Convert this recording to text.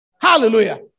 Hallelujah